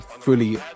fully